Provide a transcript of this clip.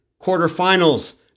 quarterfinals